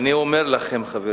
אני אומר לכם, חברים: